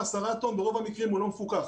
בשרוב המקרים הוא לא מפוקח.